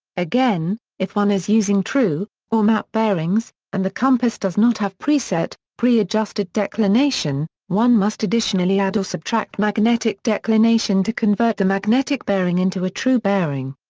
again, if one is using true or map bearings, and the compass does not have preset, pre-adjusted declination, one must additionally add or subtract magnetic declination to convert the magnetic bearing into a true bearing.